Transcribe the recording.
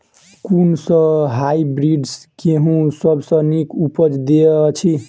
कुन सँ हायब्रिडस गेंहूँ सब सँ नीक उपज देय अछि?